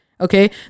Okay